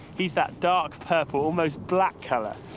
he's that dark purple, almost black color.